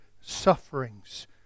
sufferings